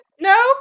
no